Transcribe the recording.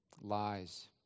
lies